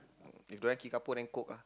if don't have Kickapoo then Coke ah